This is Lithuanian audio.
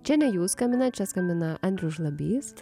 čia ne jūs skambinat čia skambina andrius žlabys